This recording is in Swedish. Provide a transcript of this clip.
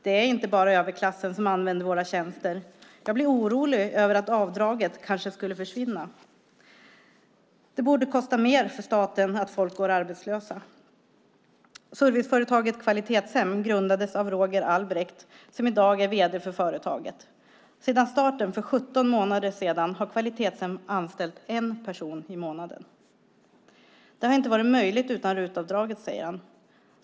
Det är inte bara överklassen som använder våra tjänster. Jag blir orolig över att avdraget kanske skulle försvinna. Det borde kosta mer för staten att folk går arbetslösa. Serviceföretaget Kvalitetshem grundades av Roger Albrecht, som i dag är vd för företaget. Sedan starten för 17 månader sedan har Kvalitetshem anställt en person i månaden. - Det hade inte varit möjligt utan Rut-avdraget, säger han.